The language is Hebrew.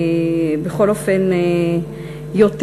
דרום קליפורניה, בכל אופן, יותר